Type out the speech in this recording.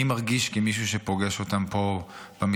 אני מרגיש, כמישהו שפוגש אותן פה במסדרונות